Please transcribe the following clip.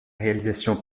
réalisation